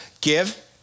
give